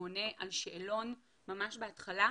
הוא עונה על שאלון ממש בהתחלה,